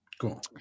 Cool